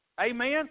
Amen